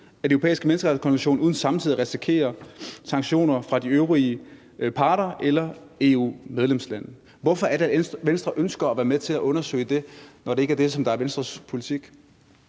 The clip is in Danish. Menneskerettighedskonvention uden samtidig at risikere sanktioner fra de øvrige parter eller EU-medlemslande? Hvorfor er det, Venstre ønsker at være med til at undersøge det, når det ikke er det, som er Venstres politik?